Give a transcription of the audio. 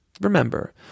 remember